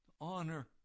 honor